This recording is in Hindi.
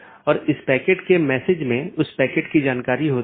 एक IBGP प्रोटोकॉल है जो कि सब चीजों से जुड़ा हुआ है